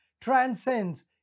transcends